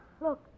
Look